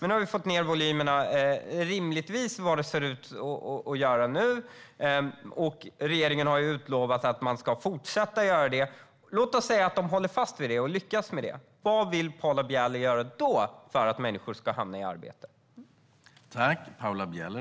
Nu har volymerna sänkts, och regeringen har utlovat att man ska fortsätta. Låt oss säga att regeringen håller fast och lyckas. Vad vill Paula Bieler då göra för att människor ska hamna i arbete?